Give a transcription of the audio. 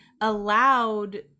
allowed